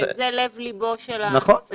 שזה לב ליבו של הנושא.